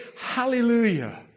hallelujah